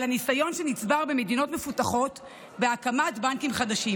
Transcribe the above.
על הניסיון שנצבר במדינות מפותחות בהקמת בנקים חדשים.